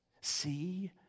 See